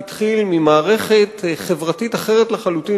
התחיל ממערכת חברתית אחרת לחלוטין,